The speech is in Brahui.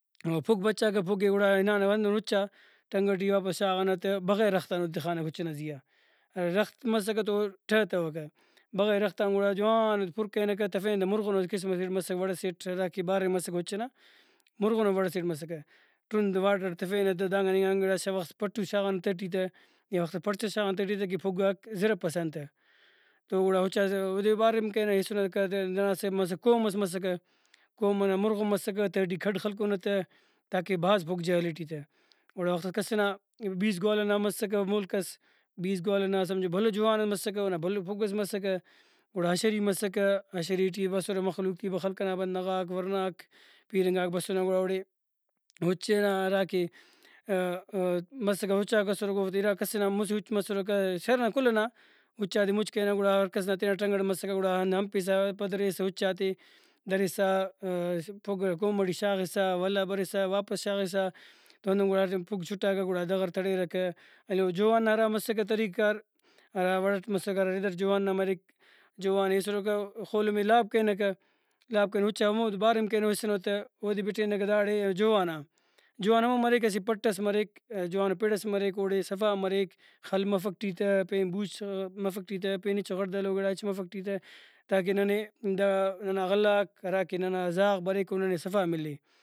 او پُھگ پچاکہ پُھگے گڑا ہنانہ ہندن اُچا ٹرنگڑ ٹی واپس شاغانہ تہ بغیر رختان اودے تخانہ اُچ ئنا زیہارخت مسکہ تو ٹہتوکہ بغیر رختان گڑا جوان اودے پُر کرینکہ تفینہ تہ مُرغنو اسہ قسم سیٹ مسکہ وڑسیٹ ہراکہ باریم مسکہ اُچ ئنا مُرغنو وڑ ئسے اٹ مسکہ ۔ڈرندو وارڈر اٹ تفینہ تہ دانگان اینگان گڑاس چا وخت پٹوس شاغانہ تہٹی تہ یا وختس پڑچس شاغانہ تہٹی تہ کہ پُھگاک زرپس ایہان تہ تو گڑا اُچا اودے باریم کرینہ ہیسُنکہ ننا اسہ انت مسکہ کوم ئس مسکہ کوم نن مُرغن مسکہ تہٹی کھڈ خلکنہ تہ تاکہ بھاز پُھگ جاگہ ہلے ٹی تہ گڑا وختس کس ئنا بیس گوالہ مسکہ مُلک ئس بیس گوالہ نا سمجھو بھلو جوہان ئس مسکہ اونا بھلو پُھگ ئس مسکہ گڑا اشری مسکہ اشری ٹی بسرہ مخلوق تیبہ خلق ئنا بندغاک ورناک پیرنگاک بسنہ گڑا اوڑے اُچ ئنا ہراکہ مسکہ اُچاک اسرکہ اوفتے اِرا کس ئنا مُچہ اُچ مسرکہ شار ئنا کُل ئنا اُچاتے مُچ کرینہ گڑا ہرکس نا تینا ٹرنگڑ مسکہ گڑا ہندا ہنپسا پدریسا اُچاتے درسا پُھگ کوم ٹی شاغسا ولا برسا واپس شاغسا ہندن گڑا ہرا ٹائم پُھگ چُٹاکہ گڑا دغر تڑیرکہ ایلو جوہان ہرا مسکہ طریقہ کار ہرا وڑٹ مسکہ ہرا ردٹ جوہان نا مریک جوہانے ہیسُرکہ او خولم ئے لاب کرینکہ لاب کرینہ اُچا ہمود باریم کرینہ ہیسنہ تہ اودے بٹینکہ داڑے جوہانا جوہانا ہمو مریک اسہ پٹہ ئس مریک جوہانپڑ ئس مریک اوڑے صفا ہم مریک خل مفک ٹی تہ پین بوچ مفک ٹی پین ہچو غڑدلو گڑا ہچ مفک ٹی تہ تاکہ ننے دا ننا غلہ غاک ہراکہ ننا زاغ بریک او ننے صفا ملیک